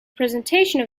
presentation